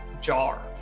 jar